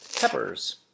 peppers